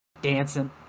dancing